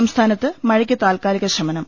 സംസ്ഥാനത്ത് മഴയ്ക്ക് താത്ക്കാലിക ശമനം